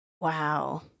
Wow